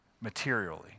materially